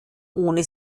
ohne